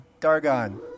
Dargon